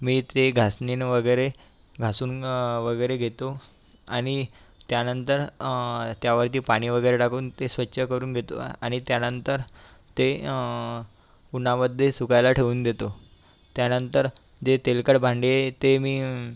मी ते घासणीनं वगैरे घासून वगैरे घेतो आणि त्यानंतर त्यावरती पाणी वगैरे टाकून ते स्वच्छ करून घेतो आ आणि त्यानंतर ते उन्हामध्ये सुकायला ठेवून देतो त्यानंतर जे तेलकट भांडी ते मी